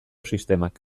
sistemak